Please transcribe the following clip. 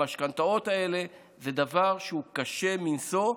המשכנתאות האלה הן דבר קשה מנשוא,